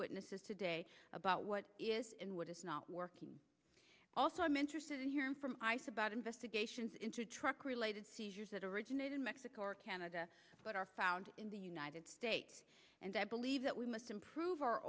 witnesses today about what is and what is not working also i'm interested in hearing from ice about investigations into truck related seizures that originate in mexico or canada but are found in the united states and i believe that we must improve our